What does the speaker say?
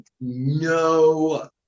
no